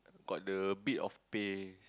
got the a bit of pays